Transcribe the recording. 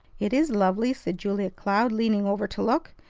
it is lovely! said julia cloud, leaning over to look.